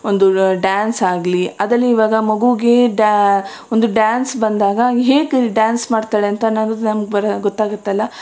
ಒಂದು ಡಾನ್ಸ್ ಆಗಲಿ ಅದಲ್ಲಿ ಇವಾಗ ಮಗೂಗೆ ಡ್ಯಾ ಒಂದು ಡಾನ್ಸ್ ಬಂದಾಗ ಹೇಗೆ ಡಾನ್ಸ್ ಮಾಡ್ತಾಳೆ ಅಂತ ನಮ್ಗೆ ಗೊತ್ತಾಗುತ್ತಲ್ಲ